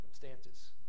circumstances